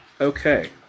Okay